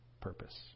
purpose